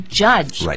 judge